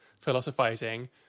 philosophizing